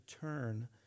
turn